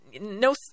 no